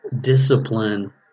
discipline